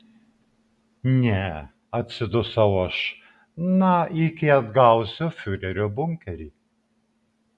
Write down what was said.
ne atsidusau aš na iki atgausiu fiurerio bunkerį